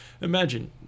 imagine